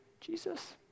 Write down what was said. Jesus